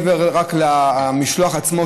מעבר רק למשלוח עצמו,